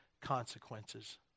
consequences